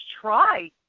try